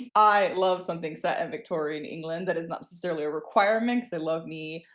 i love something set in victorian england. that is not necessarily requirement. i love me,